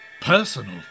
Personal